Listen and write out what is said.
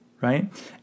right